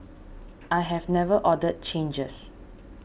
I have never ordered changes